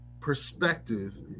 perspective